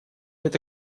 это